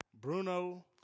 Bruno